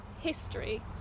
history